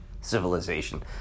civilization